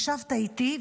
ישבת איתי,